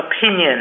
opinion